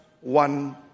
one